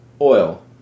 Oil